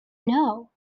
know